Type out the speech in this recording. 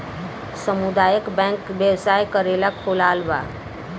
सामुदायक बैंक व्यवसाय करेला खोलाल बा